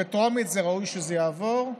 בטרומית ראוי שזה יעבור,